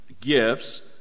gifts